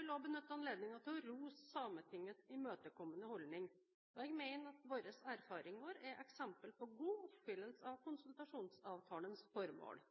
vil også benytte anledningen til å rose Sametingets imøtekommende holdning, og jeg mener våre erfaringer er et eksempel på god oppfyllelse av konsultasjonsavtalens formål.